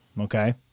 okay